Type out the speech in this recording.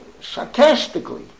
sarcastically